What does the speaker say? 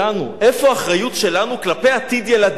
איפה האחריות שלנו כלפי עתיד ילדינו?